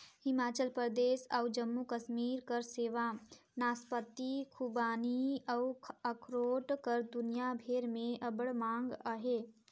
हिमाचल परदेस अउ जम्मू कस्मीर कर सेव, नासपाती, खूबानी अउ अखरोट कर दुनियां भेर में अब्बड़ मांग अहे